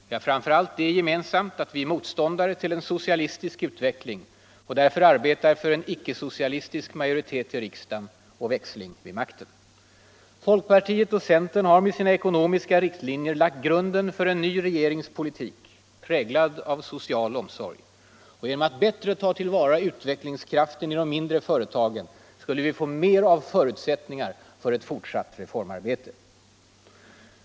Vi har framför allt det gemensamt att vi är motståndare till en socialistisk utveckling och därför arbetar för en icke-socialistisk majoritet i riksdagen och växling vid makten. Folkpartiet och centern har med sina ekonomiska riktlinjer lagt grunden för en ny regeringspolitik, präglad av social omsorg. Genom att bättre ta till vara utvecklingskraften i de mindre företagen skulle vi få mera av förutsättningar för ett fortsatt reformarbete.